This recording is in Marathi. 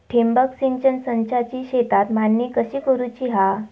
ठिबक सिंचन संचाची शेतात मांडणी कशी करुची हा?